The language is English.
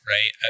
Right